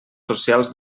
socials